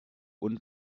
und